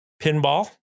pinball